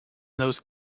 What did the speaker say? those